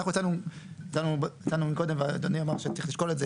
אנחנו הצענו מקודם ואדוני אמר שצריך לשקול את זה,